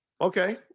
Okay